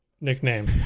nickname